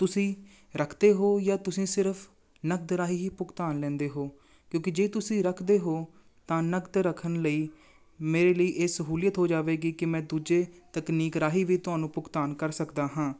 ਤੁਸੀਂ ਰੱਖਦੇ ਹੋ ਜਾਂ ਤੁਸੀਂ ਸਿਰਫ ਨਕਦ ਰਾਹੀਂ ਹੀ ਭੁਗਤਾਨ ਲੈਂਦੇ ਹੋ ਕਿਉਂਕਿ ਜੇ ਤੁਸੀਂ ਰੱਖਦੇ ਹੋ ਤਾਂ ਨਗਦ ਰੱਖਣ ਲਈ ਮੇਰੇ ਲਈ ਇਹ ਸਹੂਲੀਅਤ ਹੋ ਜਾਵੇਗੀ ਕਿ ਮੈਂ ਦੂਜੇ ਤਕਨੀਕ ਰਾਹੀਂ ਵੀ ਤੁਹਾਨੂੰ ਭੁਗਤਾਨ ਕਰ ਸਕਦਾ ਹਾਂ